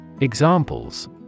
Examples